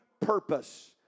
purpose